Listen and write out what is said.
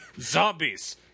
Zombies